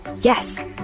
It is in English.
Yes